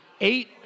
eight